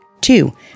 Two